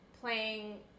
playing